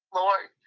lord